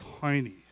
tiny